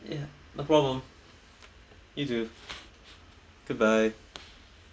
no problem you too goodbye